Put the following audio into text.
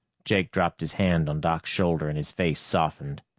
jack dropped his hand on doc's shoulder, and his face softened.